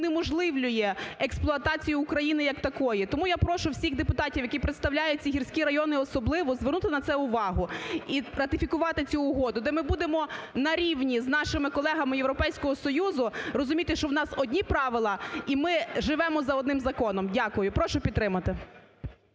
унеможливлює експлуатацію України як такої. Тому я прошу всіх депутатів, які представляють ці гірські райони особливо, звернути на це увагу і ратифікувати цю угоду, де ми будемо на рівні з нашими колегами з Європейського Союзу розуміти, що в нас одні правила і ми живемо за одним законом. Дякую. Прошу підтримати.